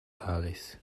alice